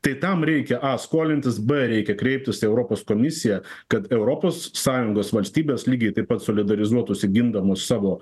tai tam reikia a skolintis b reikia kreiptis į europos komisiją kad europos sąjungos valstybės lygiai taip pat solidarizuotųsi gindamos savo